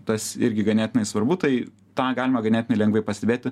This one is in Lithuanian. tas irgi ganėtinai svarbu tai tą galima ganėtinai lengvai pastebėti